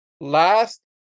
Last